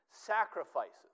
sacrifices